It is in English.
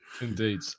Indeed